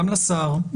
גם לשר,